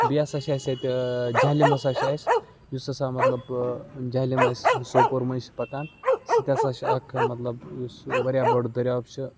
بیٚیہِ ہسا چھِ اَسہِ ییٚتہِ جَہلِم ہَسا چھِ اَسہِ یُس ہَسا مطلب جَہلِم اَسہِ سوپور مٔنٛزۍ چھِ پَکان سُہ تہِ ہَسا چھِ اَکھ مطلب سُہ واریاہ بٔڈ دٔریاو چھِ